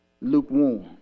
lukewarm